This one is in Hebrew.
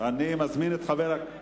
אני מזמין את יושב-ראש הוועדה, חבר הכנסת